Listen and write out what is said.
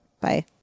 bye